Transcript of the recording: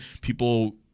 people